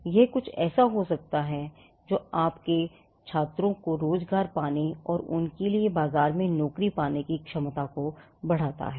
यह कुछ ऐसा हो सकता है जो आपके छात्रों की रोजगार पाने और उनके लिए बाजार में नौकरी पाने की क्षमता को बढ़ाता है